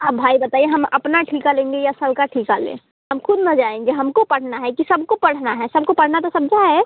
अब भाई बताइए हम अपना ठेका लेंगे या सब का ठेका लें हम ख़ुद ना जाएंगे हमको पढ़ना है कि सबको पढ़ना है सबको पढ़ना है तो सब जाए